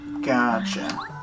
Gotcha